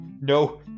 no